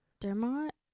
Dermot